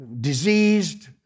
diseased